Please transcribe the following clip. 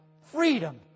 freedom